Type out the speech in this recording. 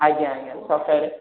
ଆଜ୍ଞା ଆଜ୍ଞା ସତରେ